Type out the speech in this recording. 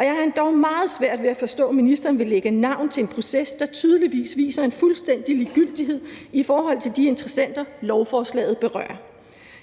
jeg har endog meget svært ved at forstå, at ministeren vil lægge navn til en proces, der tydeligvis viser en fuldstændig ligegyldighed i forhold til de interessenter, lovforslaget berører.